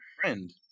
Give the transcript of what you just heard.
friend